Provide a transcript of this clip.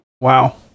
wow